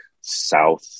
south